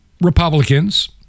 Republicans